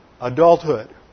adulthood